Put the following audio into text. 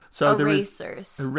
Erasers